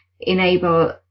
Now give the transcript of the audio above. enable